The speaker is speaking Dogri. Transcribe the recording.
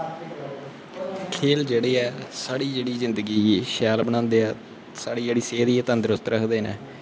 खेल जेह्ड़े ऐ साढ़ी जेह्ड़ी जिन्दगी गी शैल बनांदे ऐ साढ़ी जेह्ड़ी सेह्त गी तंदरुस्त रखदे न